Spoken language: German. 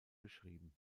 beschrieben